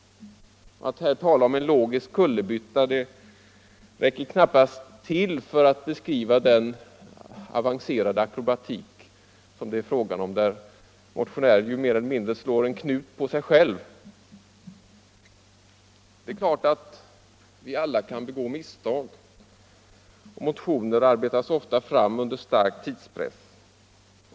Att tala om en logisk kullerbytta räcker knappast till för att beskriva den avancerade akrobatik som det är fråga om och där motionären mer eller mindre slår knut på sig själv. Det är klart att vi alla kan begå misstag. Motioner arbetas ofta fram under stark tidspress.